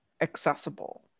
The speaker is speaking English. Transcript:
accessible